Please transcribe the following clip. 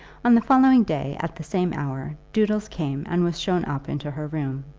on the following day at the same hour doodles came and was shown up into her room.